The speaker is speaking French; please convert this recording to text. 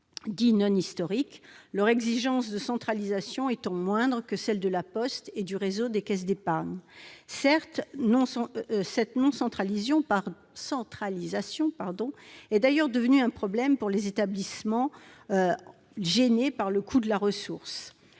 « non historiques », leurs exigences de centralisation étant moindres que celles de La Poste et du réseau des Caisses d'Épargne. Cette non-centralisation est d'ailleurs devenue un problème pour ces établissements, gênés par le coût de la ressource.